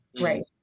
Right